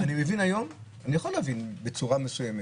אני מבין היום אני יכול להבין בצורה מסוימת